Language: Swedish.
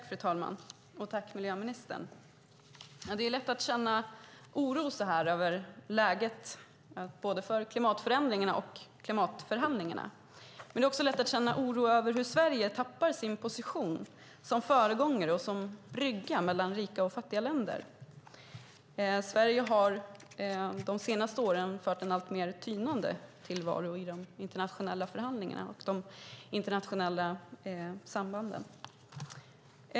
Fru talman! Tack, miljöministern! Det är lätt att känna oro över läget både i klimatförändringarna och i klimatförhandlingarna. Det är också lätt att känna oro över att Sverige tappar i sin position som föregångare och som brygga mellan rika och fattiga länder. Sverige har de senaste åren fört en alltmer tynande tillvaro i de internationella förhandlingarna och i de internationella sambanden.